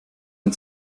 den